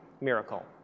miracle